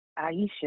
Aisha